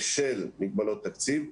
בשל מגבלות תקציב,